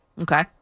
Okay